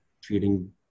treating